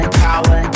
power